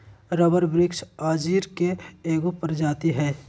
rubber वृक्ष अंजीर के एगो प्रजाति हइ